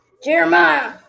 Jeremiah